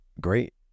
great